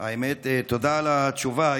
האמת, תודה על התשובה.